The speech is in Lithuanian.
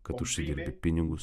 kad užsidirbi pinigus